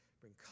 bring